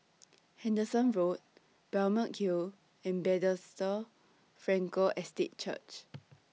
Henderson Road Balmeg Hill and Bethesda Frankel Estate Church